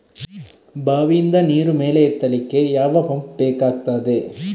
ಬಾವಿಯಿಂದ ನೀರು ಮೇಲೆ ಎತ್ತಲಿಕ್ಕೆ ಯಾವ ಪಂಪ್ ಬೇಕಗ್ತಾದೆ?